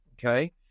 okay